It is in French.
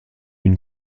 une